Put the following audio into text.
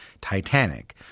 Titanic